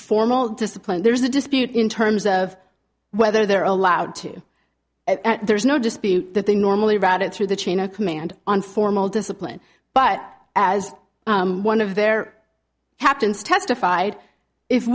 formal discipline there's a dispute in terms of whether they're allowed to there's no dispute that they normally routed through the chain of command on formal discipline but as one of their captains testified if